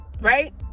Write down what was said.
Right